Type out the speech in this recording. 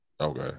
Okay